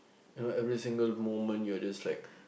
you know every single moment you're just like